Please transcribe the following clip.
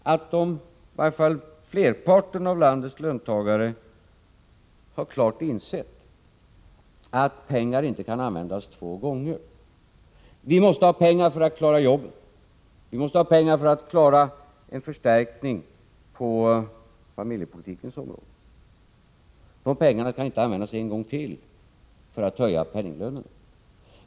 Jag tror att merparten av landets löntagare klart har insett att pengar inte kan användas två gånger. Vi måste ha pengar för att klara jobben och för att klara en förstärkning på familjepolitikens område. Dessa pengar kan inte användas en gång till för att höja penninglönerna.